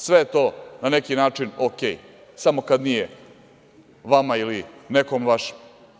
Sve je to na neki način ok, samo kad nije vama ili nekom vašem.